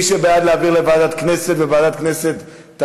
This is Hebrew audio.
מי שבעד, להעביר לוועדת הכנסת, והיא תכריע.